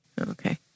Okay